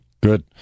Good